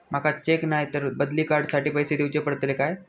माका चेक नाय तर बदली कार्ड साठी पैसे दीवचे पडतले काय?